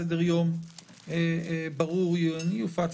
סדר יום ברור יופץ